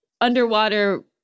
underwater